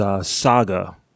Saga